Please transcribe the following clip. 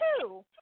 two